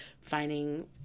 finding